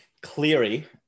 cleary